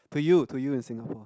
to you to you in Singapore